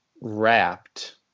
wrapped